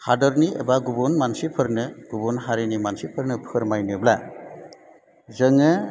हादोरनि एबा गुबुन मानसिफोरनो गुबुन हारिनि मानसिफोरनो फोरमायनोब्ला जोङो